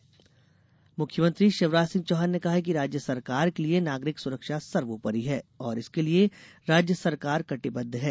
मुख्यमंत्री मुख्यमंत्री शिवराज सिंह चौहान ने कहा है कि राज्य सरकार के लिये नागरिक सुरक्षा सर्वोपरि है और इसके लिये राज्य सरकार कटिबदध है